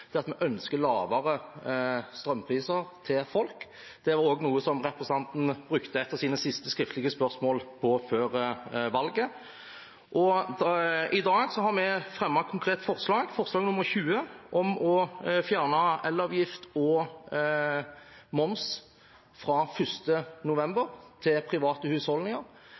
det er at vi ønsker lavere strømpriser til folk. Det er også noe representanten brukte et av sine siste skriftlige spørsmål på før valget. I dag har vi fremmet et konkret forslag, forslag nr. 20, om å fjerne elavgift og moms for private husholdninger fra 1. november.